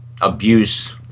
abuse